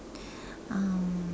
um